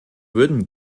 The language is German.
würden